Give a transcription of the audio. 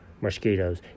mosquitoes